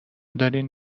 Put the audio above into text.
دارین